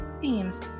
themes